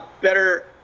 better